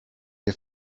nie